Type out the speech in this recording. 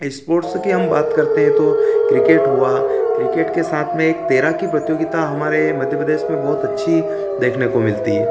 sports की हम बात करते हैं तो क्रिकेट हुआ क्रिकेट के साथ में एक तैराकी प्रतियोगिता हमारे मध्य प्रदेश में बहुत अच्छी देखने को मिलती है